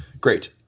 Great